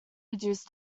reduce